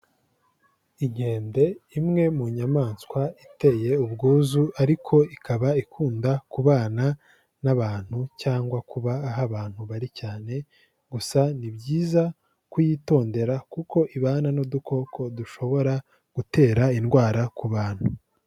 Inkende, imwe mu nyamaswa iteye ubwuzu ariko ikaba ikunda kubana n'abantu cyangwa kuba aho abantu bari cyane, gusa ni byiza kuyitondera kuko ibana n'udukoko dushobora gutera indwara ku bantu.